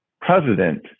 president